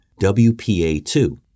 WPA2